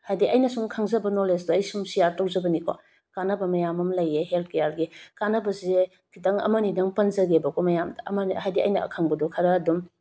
ꯍꯥꯏꯗꯤ ꯑꯩꯅ ꯁꯨꯝ ꯈꯪꯖꯕ ꯅꯧꯂꯦꯖꯇꯣ ꯑꯩꯅ ꯁꯨꯝ ꯁꯤꯌꯔ ꯇꯧꯖꯕꯅꯤꯀꯣ ꯀꯥꯟꯅꯕ ꯃꯌꯥꯝ ꯑꯃ ꯂꯩꯌꯦ ꯍꯦꯜꯠ ꯀꯤꯌꯔꯒꯤ ꯀꯥꯟꯅꯕꯁꯦ ꯈꯤꯇꯪ ꯑꯃ ꯑꯅꯤꯇꯪ ꯄꯟꯖꯒꯦꯕꯀꯣ ꯃꯌꯥꯝ ꯑꯃ ꯑꯅꯤ ꯍꯥꯏꯗꯤ ꯑꯩꯅ ꯑꯈꯪꯕꯗꯣ ꯈꯔ ꯑꯗꯨꯝ